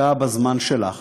דווקא בזמן שלך,